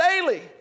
daily